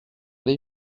les